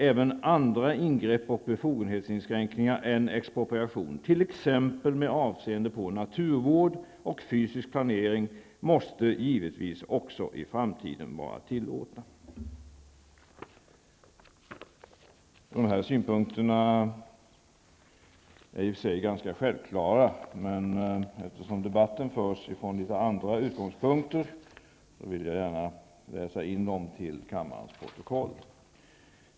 Även andra ingrepp och befogenhetsinskränkningar än expropriation, t.ex. med avseende på naturvård och fysisk planering måste givetvis också i framtiden vara tillåtna.'' De här synpunkterna är i och för sig ganska självklara, men eftersom debatten förs från litet andra utgångspunkter, har jag velat läsa in dem till kammarens protokoll.